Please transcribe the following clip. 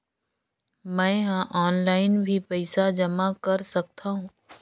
मैं ह ऑनलाइन भी पइसा जमा कर सकथौं?